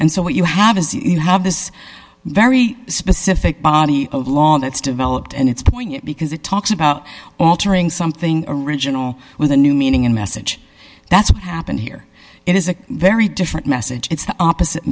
and so what you have is you have this very specific body of law that's developed and it's poignant because it talks about altering something original with a new meaning in a message that's what happened here it is a very different message it's the opposite